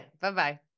Bye-bye